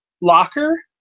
locker